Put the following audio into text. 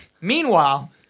Meanwhile